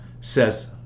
says